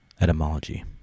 etymology